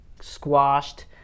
squashed